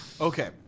Okay